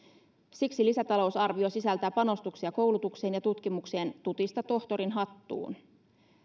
siksi lisätalousarvio sisältää panostuksia koulutukseen ja tutkimukseen tutista tohtorinhattuun